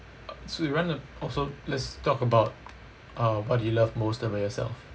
so you want to also let's talk about uh what do you love most about yourself